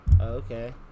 Okay